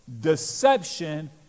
deception